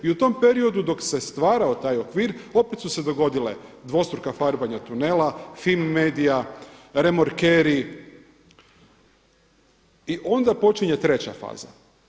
I u tom periodu dok se stvarao taj okvir opet su se dogodile dvostruka farbanja tunela, FIMI MEDIA, refmorkeri i onda počinje treća faza.